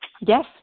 Yes